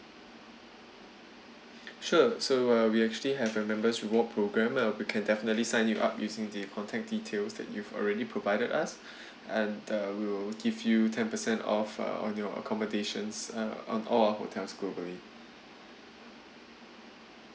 sure so uh we actually have a members reward program lah we can definitely sign you up using the contact details that you've already provided us and uh we'll give you ten percent off uh on your accommodations uh on all of our hotels globally